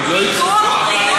ביטוח בריאות?